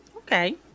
Okay